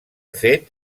fet